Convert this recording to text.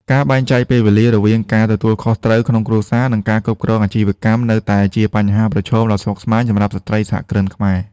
ការបែងចែកពេលវេលារវាងការទទួលខុសត្រូវក្នុងគ្រួសារ និងការគ្រប់គ្រងអាជីវកម្ម នៅតែជាបញ្ហាប្រឈមដ៏ស្មុគស្មាញសម្រាប់ស្ត្រីសហគ្រិនខ្មែរ។